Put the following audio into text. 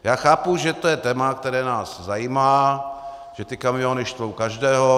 Já chápu, že to je téma, které nás zajímá, že kamiony štvou každého.